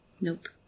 Nope